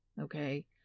Okay